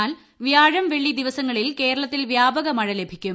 എന്നാൽ വ്യാഴ്ം വെള്ളി ദിവസങ്ങളിൽ കേരളത്തിൽ വ്യാപക മഴ ലഭിക്കും